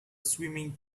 swimming